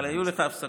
אבל היו לך הפסקות.